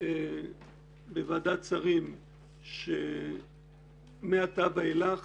בוועדת שרים שמעתה ואילך